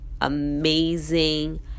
amazing